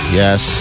yes